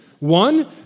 One